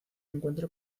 encuentra